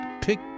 pick